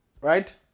right